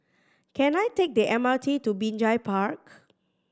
can I take the M R T to Binjai Park